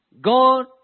God